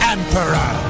Emperor